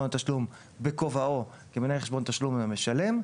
תשלום בכובעו כמנהל חשבון תשלום למשלם,